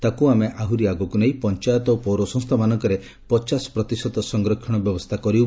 ତାକୁ ଆମେ ଆହୁରି ଆଗକୁ ନେଇ ପାଞାୟତ ଓ ପୌର ସଂସ୍ଚା ମାନଙ୍କରେ ପଚାଶ ପ୍ରତିଶତ ସଂରକ୍ଷଣ ବ୍ୟବସ୍ଥା କରିଛୁ